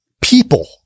people